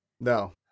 No